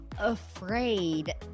afraid